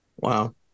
Wow